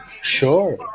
Sure